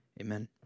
Amen